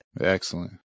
Excellent